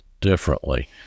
differently